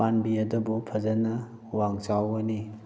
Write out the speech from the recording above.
ꯄꯥꯝꯕꯤ ꯑꯗꯨꯕꯨ ꯐꯖꯅ ꯋꯥꯡ ꯆꯥꯎꯒꯅꯤ